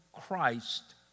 Christ